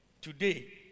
today